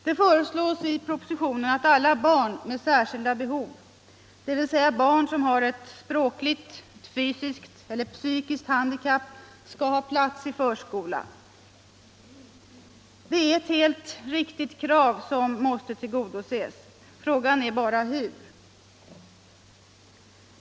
Det föreslås i propositionen att alla barn med särskilda behov, dvs. barn som har ett språkligt, fysiskt eller psykiskt handikapp, skall ha plats i förskola. Det är ett helt riktigt krav som måste tillgodoses - frågan är bara hur.